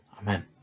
Amen